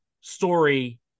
story